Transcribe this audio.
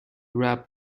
rap